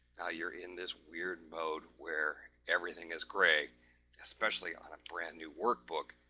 now you're in this weird mode. where everything is gray especially on brand new workbook,